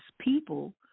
people